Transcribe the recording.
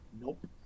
Nope